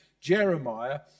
jeremiah